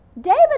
David